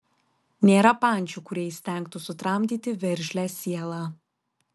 nėra pančių kurie įstengtų sutramdyti veržlią sielą